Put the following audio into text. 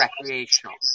recreational